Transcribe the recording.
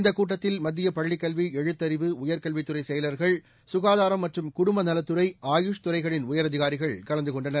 இந்தக் கூட்டத்தில் மத்திய பள்ளிக் கல்வி எழுத்தறிவு உயர்கல்வித் துறை செயலர்கள் சுகாதாரம் மற்றும் குடும்பநலத்துறை ஆயுஷ் துறைகளின் உயரதிகாரிகள் கலந்து கொண்டனர்